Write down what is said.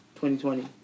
2020